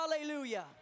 Hallelujah